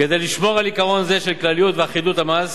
כדי לשמור על עיקרון זה של כלליות ואחידות המס,